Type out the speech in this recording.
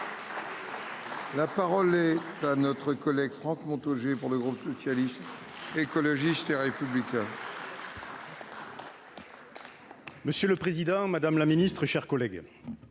La parole est à M. Franck Montaugé, pour le groupe Socialiste, Écologiste et Républicain. Monsieur le président, madame la ministre, mes chers collègues,